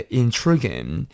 intriguing